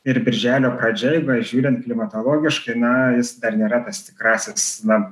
ir birželio pradžia jeigu žiūrint klimatologiškai na jis dar nėra tas tikrasis na